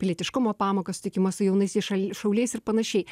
pilietiškumo pamokos susitikimas su jaunaisiais ša šauliais ir panašiai